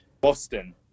Boston